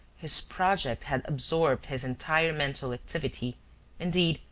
his project had absorbed his entire mental activity indeed,